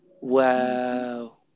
wow